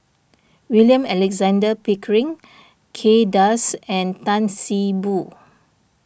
William Alexander Pickering Kay Das and Tan See Boo